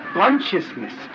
consciousness